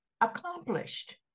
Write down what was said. accomplished